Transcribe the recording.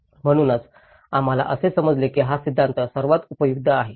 म्हणूनच आम्हाला असे समजले की हा सिद्धांत सर्वात उपयुक्त आहे